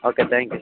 okay thank you